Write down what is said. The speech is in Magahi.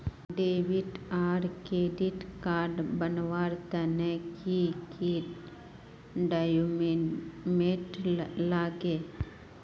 डेबिट आर क्रेडिट कार्ड बनवार तने की की डॉक्यूमेंट लागे?